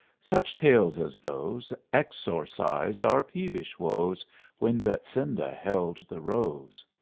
such tales as those exorcised our peevish woes when betsinda held the rose.